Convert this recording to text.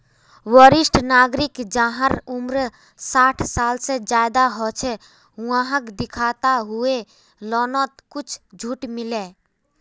वरिष्ठ नागरिक जहार उम्र साठ साल से ज्यादा हो छे वाहक दिखाता हुए लोननोत कुछ झूट मिले